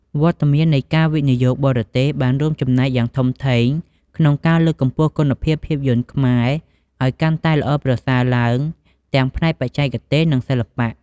វត្តមាននៃការវិនិយោគបរទេសបានរួមចំណែកយ៉ាងធំធេងក្នុងការលើកកម្ពស់គុណភាពភាពយន្តខ្មែរឱ្យកាន់តែល្អប្រសើរឡើងទាំងផ្នែកបច្ចេកទេស និងសិល្បៈ។